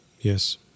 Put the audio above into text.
Yes